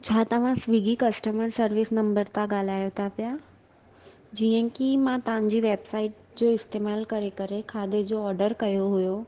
छा तव्हां Swiggy customer service number तां ॻाल्हायो था पिया जीअं ई की मां तव्हांजी वेबसाइट जो इस्तेमालु करे करे खाधे जो ऑडर कयो हुयो